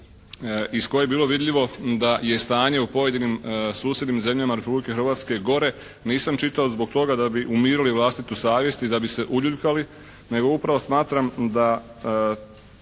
iz koje je bilo vidljivo da je stanje u pojedinim susjednim zemljama Republike Hrvatske gore nisam čitao zbog toga da bi umirili vlastitu savjest i da bi se uljuljkali nego da upravo smatram da